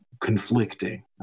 conflicting